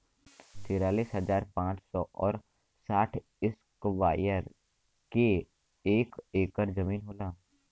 तिरालिस हजार पांच सौ और साठ इस्क्वायर के एक ऐकर जमीन होला